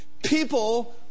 people